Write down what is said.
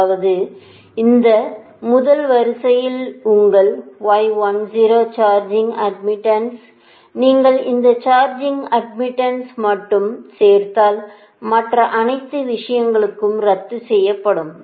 அதாவது இந்த முதல் வரிசையில் உங்கள் சார்ஜிங் அட்மிட்டன்ஸ் நீங்கள் இந்த சார்ஜிங் அட்மிட்டன்ஸ் மட்டும் சேர்த்தால் மற்ற அனைத்து விஷயங்களும் ரத்து செய்யப்படும்